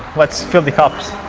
let's fill the cups.